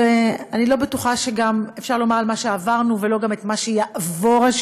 ואני לא בטוחה שאפשר לדבר על מה שעברנו